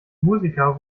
musiker